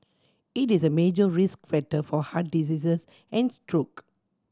it is a major risk factor for heart diseases and stroke